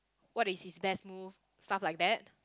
what is his best move stuff like that